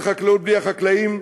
ואין חקלאות בלי החקלאים,